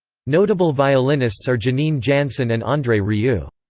notable violinists are janine jansen and andre rieu.